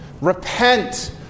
Repent